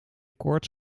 koorts